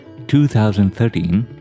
2013